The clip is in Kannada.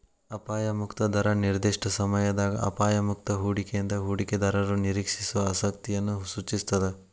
ಅಪಾಯ ಮುಕ್ತ ದರ ನಿರ್ದಿಷ್ಟ ಸಮಯದಾಗ ಅಪಾಯ ಮುಕ್ತ ಹೂಡಿಕೆಯಿಂದ ಹೂಡಿಕೆದಾರರು ನಿರೇಕ್ಷಿಸೋ ಆಸಕ್ತಿಯನ್ನ ಸೂಚಿಸ್ತಾದ